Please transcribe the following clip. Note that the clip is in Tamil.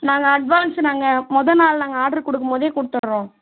நாங்கள் அட்வான்ஸு நாங்கள் மொதல் நாள் நாங்கள் ஆர்ட்ரு கொடுக்கும்போதே கொடுத்துடறோம்